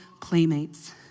playmates